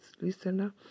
listener